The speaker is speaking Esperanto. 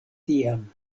tiam